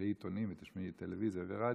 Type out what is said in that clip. תקראי עיתונים ותשמעי טלוויזיה ורדיו,